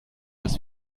des